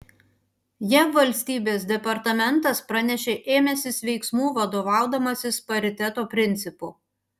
jav valstybės departamentas pranešė ėmęsis veiksmų vadovaudamasis pariteto principu